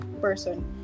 person